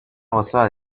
gozoak